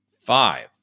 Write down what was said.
five